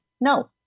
no